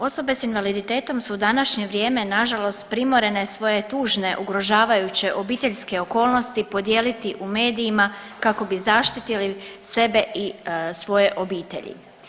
Osobe s invaliditetom su u današnje vrijeme nažalost primorene svoje tužne ugrožavajuće obiteljske okolnosti podijeliti u medijima kako bi zaštitili sebe i svoje obitelji.